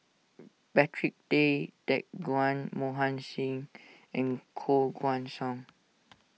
Patrick Tay Teck Guan Mohan Singh and Koh Guan Song